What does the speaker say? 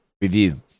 review